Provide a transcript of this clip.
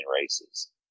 races